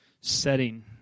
setting